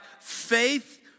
faith